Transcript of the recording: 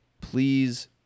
please